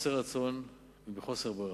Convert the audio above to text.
בחוסר רצון ומחוסר ברירה.